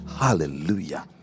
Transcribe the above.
Hallelujah